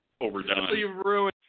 overdone